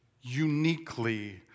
Uniquely